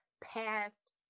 past